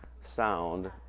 sound